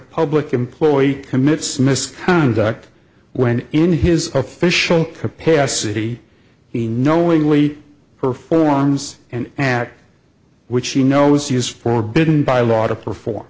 public employee commits misconduct when in his official capacity he knowingly performs an act which he knows he is forbidden by law